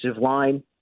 line